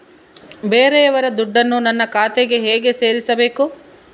ಬೇರೆಯವರ ದುಡ್ಡನ್ನು ನನ್ನ ಖಾತೆಗೆ ಹೇಗೆ ಸೇರಿಸಬೇಕು?